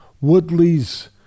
Woodley's